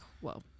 whoa